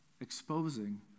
exposing